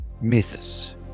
myths